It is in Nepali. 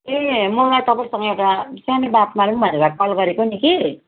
ए मलाई तपाईसँग एउटा सानो बात मारौँ भनेर कल गरेको नि कि